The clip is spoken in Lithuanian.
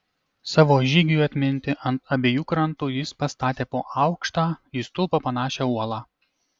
savo žygiui atminti ant abiejų krantų jis pastatė po aukštą į stulpą panašią uolą